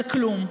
על כלום.